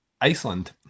Iceland